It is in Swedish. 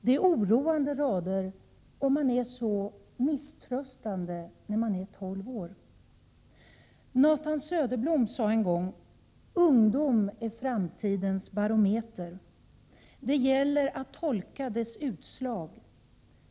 Det är oroande, om man är så misströstande när man bara är tolv år. Nathan Söderblom sade en gång: ”Ungdom är framtidens barometer. Det gäller att tolka dess utslag.